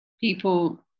People